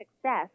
success